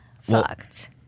Fucked